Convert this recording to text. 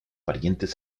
parientes